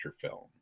film